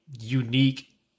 unique